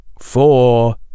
Four